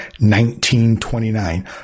1929